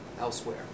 elsewhere